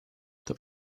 that